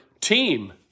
team